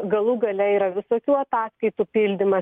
galų gale yra visokių ataskaitų pildymas